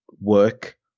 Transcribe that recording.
work